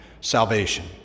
salvation